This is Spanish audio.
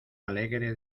alegre